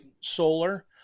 Solar